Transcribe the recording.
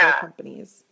companies